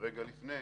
רגע לפני,